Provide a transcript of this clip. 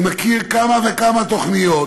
אני מכיר כמה וכמה תוכניות